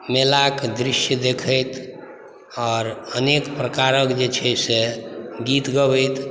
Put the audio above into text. मेलाके दृश्य देखैत आओर अनेक प्रकारके जे छै से गीत गाबैत